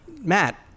Matt